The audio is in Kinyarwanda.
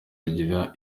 agira